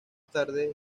tarde